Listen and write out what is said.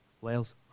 Wales